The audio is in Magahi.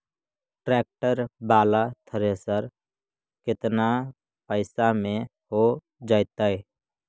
ट्रैक्टर बाला थरेसर केतना पैसा में हो जैतै?